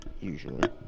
Usually